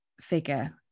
figure